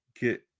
get